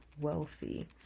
wealthy